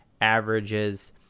averages